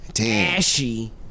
Ashy